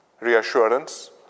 reassurance